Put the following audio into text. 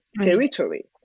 territory